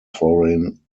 foreign